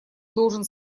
должен